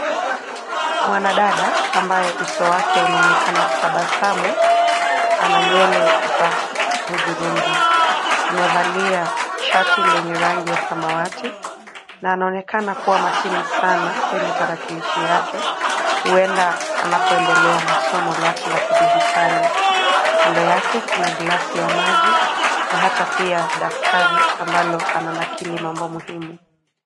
Mwanadada ambaye uso wake unaonekana kutabasamu; ana nywele za hudhurungi. Amevalia shati lenye rangi ya samawati na anaonekana kuwa makini sana kwenye tarakilishi yake; huenda anapoendelea na somo lake la kidijitali. Kando yake kuna gilasi ya maji na hata pia daftari ambalo ananakili mambo muhimu.